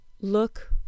look